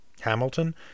hamilton